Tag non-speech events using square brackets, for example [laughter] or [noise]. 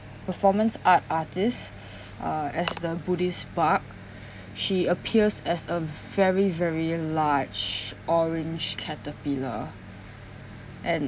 performance art artist [breath] uh as the buddhist bug [breath] she appears as a very very large orange caterpillar and